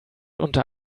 unter